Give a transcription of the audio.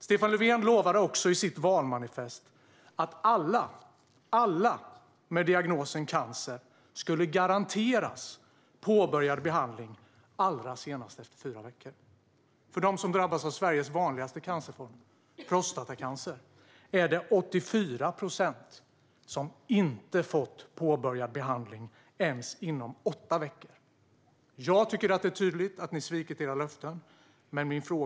Stefan Löfven lovade också i sitt valmanifest att alla med diagnosen cancer skulle garanteras påbörjad behandling allra senast efter fyra veckor. Av dem som drabbas av Sveriges vanligaste cancerform, prostatacancer, är det 84 procent som inte har fått påbörjad behandling ens inom åtta veckor. Jag tycker att det är tydligt att ni har svikit era löften.